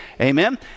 amen